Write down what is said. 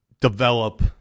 develop